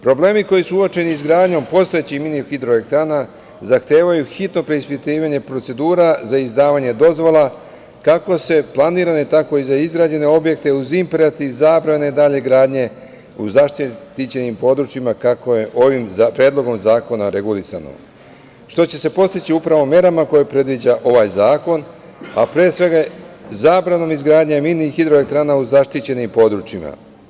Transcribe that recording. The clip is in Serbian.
Problemi koji su uočeni izgradnjom postojećih mini hidroelektrana zahtevaju hitno preispitivanje procedura za izdavanje dozvola, kako za planirane, tako i za izgrađene objekte, uz imperativ zabrane dalje gradnje u zaštićenim područjima, kako je ovim Predlogom zakona regulisano, što će se postići upravo merama koje predviđa ovaj zakon, a pre svega zabranom izgradnje mini hidroelektrana u zaštićenim područjima.